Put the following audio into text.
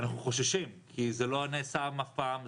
אנחנו חוששים כי זה לא נעשה אף פעם,